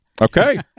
Okay